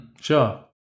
Sure